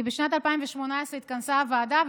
כי בשנת 2018 התכנסה הוועדה,